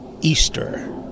Easter